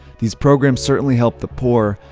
these programs certainly helped the poor,